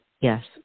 Yes